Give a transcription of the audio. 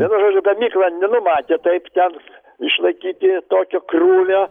vienu žodžiu gamykla nenumatė taip ten išlaikyti tokio krūvio